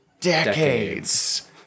decades